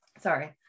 Sorry